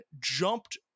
jumped